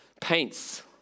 paints